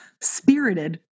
spirited